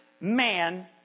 man